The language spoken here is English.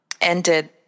ended